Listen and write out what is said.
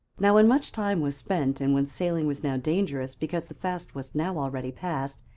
now when much time was spent, and when sailing was now dangerous, because the fast was now already past,